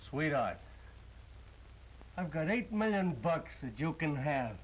sweetheart i've got eight million bucks you can have